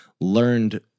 learned